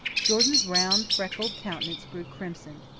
jordan's round, freckled countenance grew crimson.